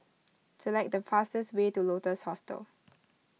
select the fastest way to Lotus Hostel